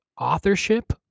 authorship